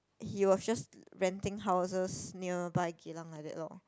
he was just renting houses nearby Geylang like that lor